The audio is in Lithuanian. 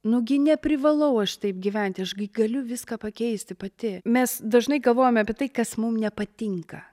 nu gi neprivalau aš taip gyventi aš gi galiu viską pakeisti pati mes dažnai galvojame apie tai kas mum nepatinka